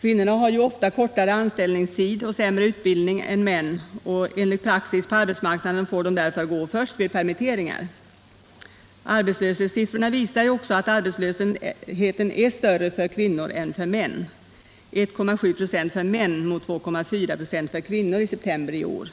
Kvinnorna har ofta kortare anställningstid och sämre utbildning än män, och enligt praxis på arbetsmarknaden får de därför gå först vid permitteringar. Arbetslöshetssiffrorna visar också att arbetslösheten är större för kvinnor än för män, 1,7 26 för män mot 2,4 96 för kvinnor i september i år.